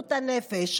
בריאות הנפש.